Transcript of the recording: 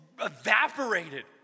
evaporated